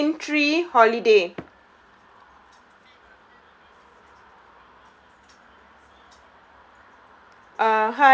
domain three holiday